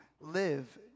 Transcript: live